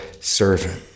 servant